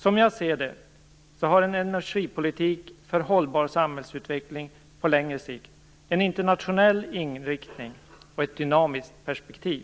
Som jag ser det har en energipolitik för hållbar samhällsutveckling på längre sikt en internationell inriktning och ett dynamiskt perspektiv.